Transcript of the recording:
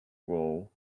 roll